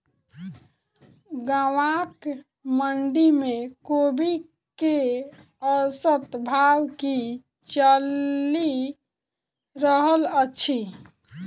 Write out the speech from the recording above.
गाँवक मंडी मे कोबी केँ औसत भाव की चलि रहल अछि?